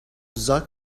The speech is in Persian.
زاک